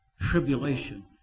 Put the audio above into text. tribulation